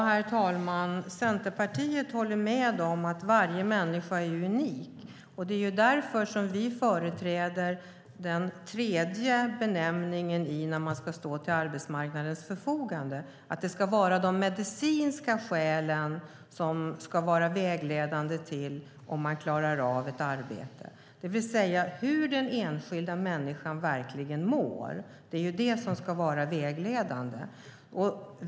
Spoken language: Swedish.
Herr talman! Centerpartiet håller med om att varje människa är unik. Det är därför som vi företräder den tredje benämningen när det gäller när man ska stå till arbetsmarknadens förfogande, nämligen att det ska vara de medicinska skälen som ska vara vägledande för om man klarar av ett arbete, det vill säga hur den enskilda människan verkligen mår. Det är det som ska vara vägledande.